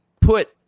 put